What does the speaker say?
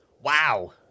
Wow